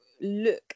look